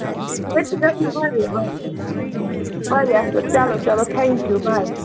مےٚ چھِ تتھ منٛز واریاہ واریاہ واریاہ اَصٕل چَلو چَلو تھینٛکِیوٗ باے